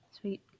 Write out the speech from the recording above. Sweet